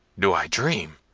do i dream?